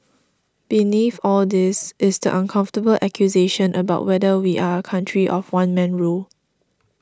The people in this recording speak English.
beneath all this is the uncomfortable accusation about whether we are a country of one man rule